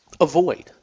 Avoid